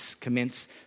commence